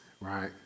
right